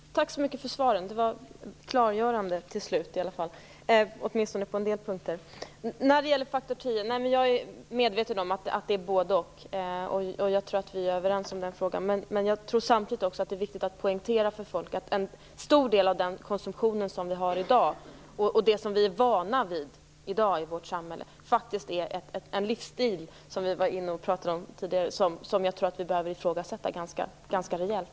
Herr talman! Tack så mycket för svaren. De var klargörande, åtminstone på en del punkter. När det gäller faktor 10 är jag medveten om att det handlar om både-och. Jag tror att vi är överens i den frågan. Men det är viktigt att poängtera för folk att en stor del av den konsumtion som vi har i vårt samhälle i dag, och som vi är vana vid, faktiskt handlar om en livsstil. Vi pratade om det tidigare. Jag tror att vi behöver ifrågasätta den ganska rejält.